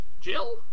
Jill